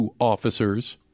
officers